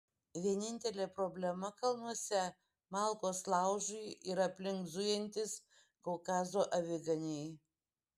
vienintelė problema kalnuose malkos laužui ir aplink zujantys kaukazo aviganiai